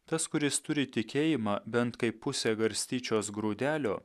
tas kuris turi tikėjimą bent kaip pusė garstyčios grūdelio